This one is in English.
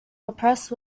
oppressed